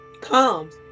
comes